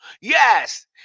Yes